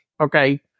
okay